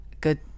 Good